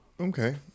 Okay